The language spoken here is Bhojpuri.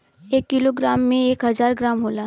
एक कीलो ग्राम में एक हजार ग्राम होला